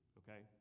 okay